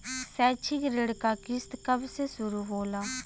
शैक्षिक ऋण क किस्त कब से शुरू होला?